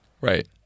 Right